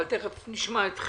אבל תיכף נשמע אתכם.